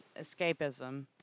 escapism